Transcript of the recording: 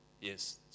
Yes